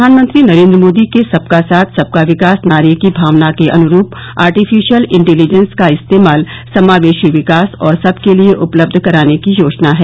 प्रधानमंत्री नरेन्द्र मोदी के सबका साथ सबका विकास नारे की भावना के अनुरूप आर्टिफिशियल इंटेलिजेन्स का इस्तेमाल समावेशी विकास और सबके लिए उपलब्ध कराने की योजना है